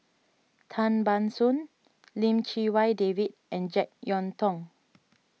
Tan Ban Soon Lim Chee Wai David and Jek Yeun Thong